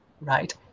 right